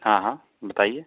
हाँ हाँ बताइए